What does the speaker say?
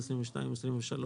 22 ו-23,